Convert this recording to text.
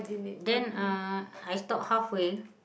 then uh I stop half way